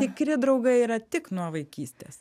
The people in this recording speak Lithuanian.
tikri draugai yra tik nuo vaikystės